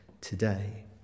today